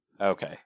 Okay